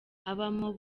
abamo